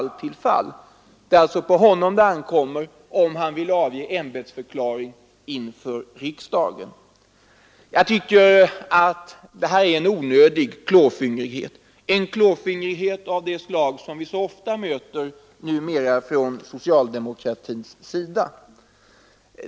Det är på honom det ankommer om han skall avge ämbetsförklaring inför riksdagen. Jag tycker att det är en onödig klåfingrighet att ta bort konungaförsäkran — en klåfingrighet av det slag som vi så ofta möter numera från socialdemokratins sida.